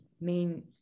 main